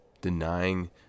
denying